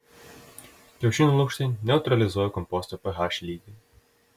kiaušinių lukštai neutralizuoja komposto ph lygį